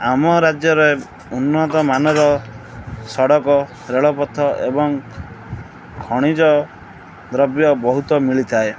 ଆମ ରାଜ୍ୟରେ ଉନ୍ନତ ମାନର ସଡ଼କ ରେଳପଥ ଏବଂ ଖଣିଜ ଦ୍ରବ୍ୟ ବହୁତ ମିଳିଥାଏ